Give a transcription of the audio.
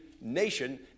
nation